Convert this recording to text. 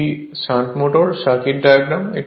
এটি shunt motor circuit diagram